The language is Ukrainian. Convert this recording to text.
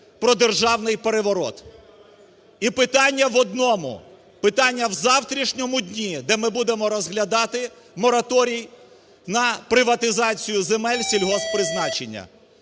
про державний переворот. І питання в одному – питання в завтрашньому дні, де ми будемо розглядати мораторій на приватизацію земель сільгосппризначення.